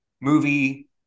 movie